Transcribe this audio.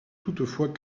toutefois